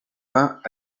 vingts